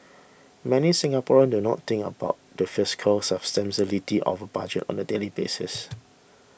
many Singaporeans do not think about the fiscal of budget on a daily basis